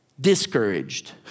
discouraged